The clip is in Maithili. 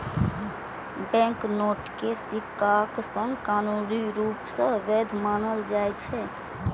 बैंकनोट कें सिक्काक संग कानूनी रूप सं वैध मानल जाइ छै